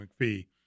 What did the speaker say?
McPhee